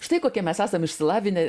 štai kokie mes esam išsilavinę